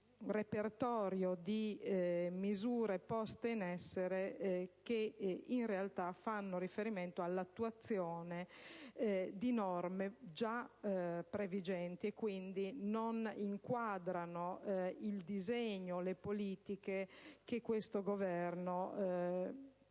repertorio di misure poste in essere che in realtà fanno riferimento all'attuazione di norme previgenti, quindi non inquadrano il disegno e le politiche che l'attuale Governo